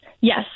Yes